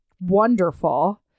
wonderful